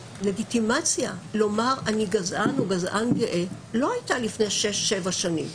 הלגיטימציה לומר "אני גזען" או "גזען גאה" לא הייתה לפני שש-שבע שנים.